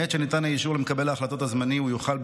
מעת שניתן האישור למקבל ההחלטות הזמני הוא יוכל,